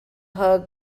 her